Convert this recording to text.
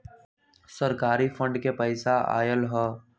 सरकारी फंड से पईसा आयल ह?